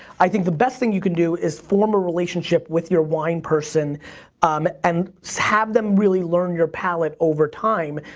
i think the best thing you can do is form a relationship with your wine person um and have them really learn your palate over time.